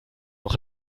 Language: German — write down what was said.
noch